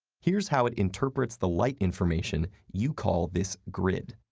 here's how it interprets the light information you call this grid.